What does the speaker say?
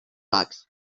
box